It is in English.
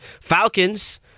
Falcons